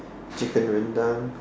chicken rendang